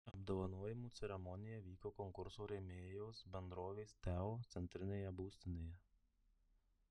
apdovanojimų ceremonija vyko konkurso rėmėjos bendrovės teo centrinėje būstinėje